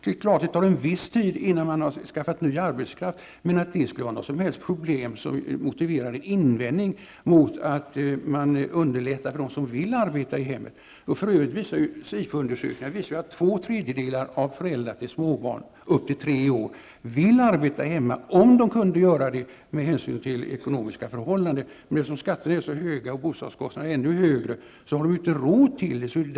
Det är klart att det tar en viss tid inann man fått fram ny arbetskraft. Jag kan inte se att detta skulle vara något som helst problem som motiverar en invändning mot att man underlättar för dem som vill arbeta i hemmet. För övrigt visar SIFO-undersökningar att två tredjedelar av föräldrar till småbarn upp till tre år skulle vilja arbeta hemma, om det vore genomförbart med tanke på de ekonomiska förhållandena. Men eftersom skatterna är så höga och bostadskostnaderna ännu högre, har de inte råd.